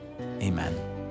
Amen